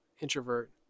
introvert